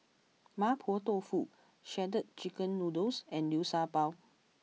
Mapo Tofu Shredded Chicken Noodles and Liu Sha Bao